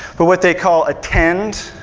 but what they call attend,